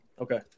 Okay